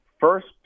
first